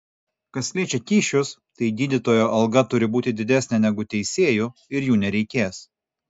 kas liečia kyšius tai gydytojo alga turi būti didesnė negu teisėjų ir jų nereikės